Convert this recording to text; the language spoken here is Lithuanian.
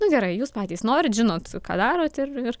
nu gerai jūs patys norit žinot ką darot ir ir